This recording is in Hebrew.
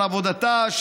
על עבודתה,